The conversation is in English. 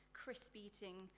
crisp-eating